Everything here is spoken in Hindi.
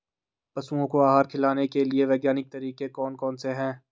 पशुओं को आहार खिलाने के लिए वैज्ञानिक तरीके कौन कौन से हैं?